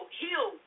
heal